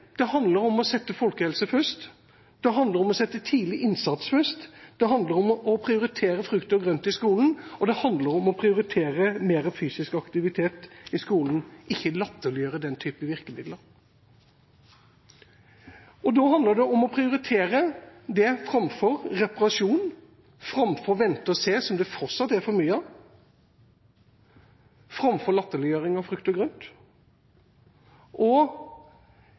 det handler om å sette folkehelse først, det handler om å sette tidlig innsats først, det handler om å prioritere frukt og grønt i skolen, og det handler om å prioritere mer fysisk aktivitet i skolen – ikke latterliggjøre den typen virkemidler. Da handler det om å prioritere det framfor reparasjon, framfor å vente og se – som det fortsatt er for mye av – framfor latterliggjøring av frukt og grønt, og